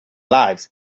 lives